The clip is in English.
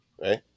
Right